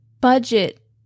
budget